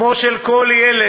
כמו של כל ילד,